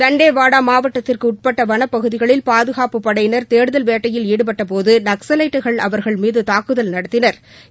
தண்டேவாடா மாவட்டத்திற்கு உட்பட்ட வனப்பகுதிகளில் பாதுகாப்புப் படையினர் தேடுதல் வேட்டையில் ஈடுபட்டபோது நக்ஸலைட்டுகள் அவர்கள் மீது தாக்குதல் நடத்தினா்